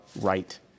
right